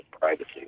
privacy